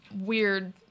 weird